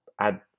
add